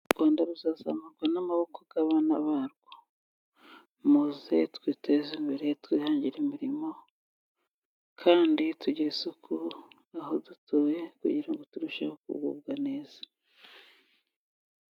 U Rwanda ruzazamurwa n'amaboko y'abana barwo. Muze twiteze imbere, twihangire imirimo, kandi tugire isuku aho dutuye, kugira turusheho kugubwa neza.